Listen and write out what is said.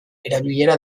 erabilera